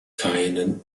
keinen